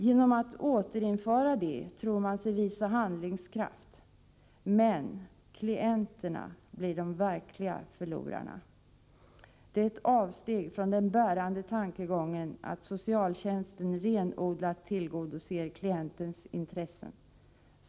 Genom att återinföra det tror man sig visa handlingskraft, men klienterna blir de verkliga förlorarna. Det är ett avsteg från den bärande tankegången att socialtjänsten renodlat tillgodoser klientens intressen.